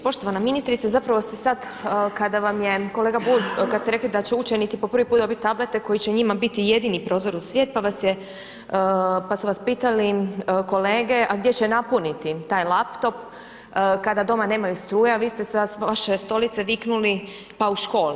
Poštovana ministrice, zapravo ste sad, kada vam je kolega Bulj, kad ste rekli da će učenici po prvi put dobiti tablete koji će njima biti jedini prozor u svijet, pa su vas pitali kolege a gdje će napuniti taj laptop, kada doma nemaju struje, a vi ste s vaše stolice viknuli pa u školi.